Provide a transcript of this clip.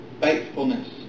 faithfulness